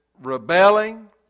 rebelling